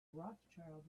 rothschild